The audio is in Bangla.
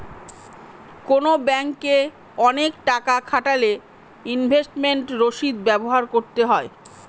কোনো ব্যাঙ্কে অনেক টাকা খাটালে ইনভেস্টমেন্ট রসিদ ব্যবহার করতে হয়